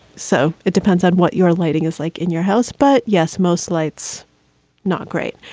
so it depends on what your lighting is like in your house. but yes, most lights not great,